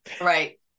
Right